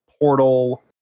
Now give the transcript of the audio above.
Portal